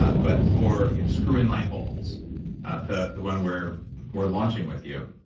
but but for screw in light bulbs the the one where we're launching with you,